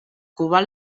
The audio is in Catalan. covar